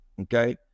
Okay